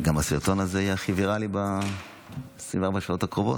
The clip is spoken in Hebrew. גם הסרטון הזה יהיה הכי ויראלי ב-24 השעות הקרובות?